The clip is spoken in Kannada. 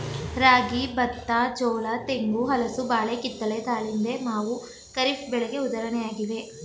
ರಾಗಿ, ಬತ್ತ, ಜೋಳ, ತೆಂಗು, ಹಲಸು, ಬಾಳೆ, ಕಿತ್ತಳೆ, ದಾಳಿಂಬೆ, ಮಾವು ಖಾರಿಫ್ ಬೆಳೆಗೆ ಉದಾಹರಣೆಯಾಗಿವೆ